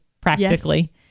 practically